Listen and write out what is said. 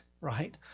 right